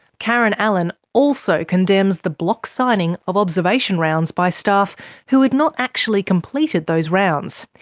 karen allen also condemns the block-signing of observation rounds by staff who had not actually completed those rounds.